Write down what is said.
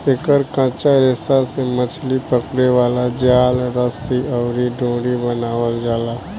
एकर कच्चा रेशा से मछली पकड़े वाला जाल, रस्सी अउरी डोरी बनावल जाला